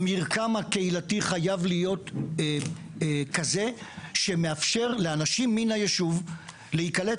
המרקם הקהילתי חייב להיות כזה שמאפשר לאנשים מן היישוב להיקלט,